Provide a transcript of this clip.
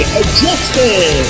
adjusted